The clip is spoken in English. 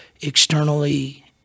externally